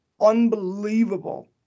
unbelievable